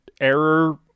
error